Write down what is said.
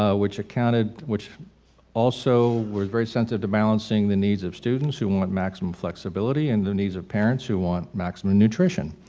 ah which accounted, which also was very sensitive balancing the needs of students who want maximum flexibility and the needs of parents who want maximum nutrition.